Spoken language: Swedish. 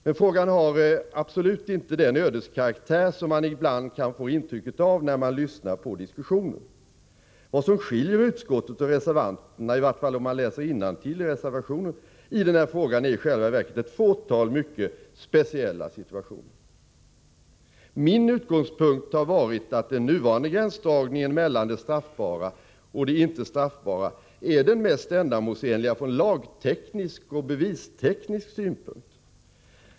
Men frågan har absolut inte den ödeskaraktär som man ibland kan få intryck av när man lyssnar till diskussionen. Vad som skiljer utskottet och reservanterna — i varje fall som det framstår när man läser innantill i reservationen — är i själva verket ett fåtal mycket speciella situationer. Min utgångspunkt har varit att den nuvarande gränsdragningen mellan det straffbara och det icke straffbara är den mest ändamålsenliga från lagteknisk och bevisteknisk synpunkt.